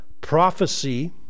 prophecy